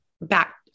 back